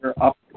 up